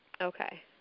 Okay